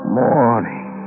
morning